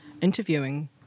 interviewing